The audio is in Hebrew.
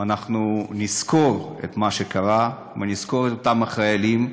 אנחנו נזכור את מה שקרה, ונזכור את אותם חיילים,